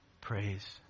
praise